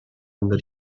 under